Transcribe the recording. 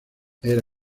era